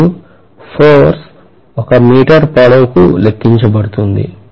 మరియు ఫోర్స్ ఒక మీటర్ పొడవుకు లెక్కించబడుతుంది